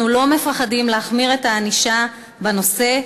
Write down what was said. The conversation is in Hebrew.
לא מפחדים להחמיר את הענישה בנושא,